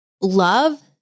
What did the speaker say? love